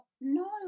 No